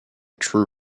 true